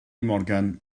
morgan